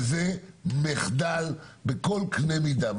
זה מחדל בכל קנה מידה.